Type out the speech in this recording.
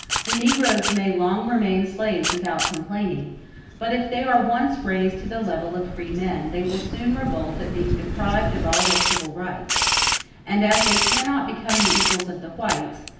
the negroes may long remain slaves without complaining but if they are once raised to the level of free men, they will soon revolt at being deprived of all their civil rights and as they cannot become the equals of the whites,